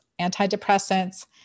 antidepressants